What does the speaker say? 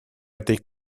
этой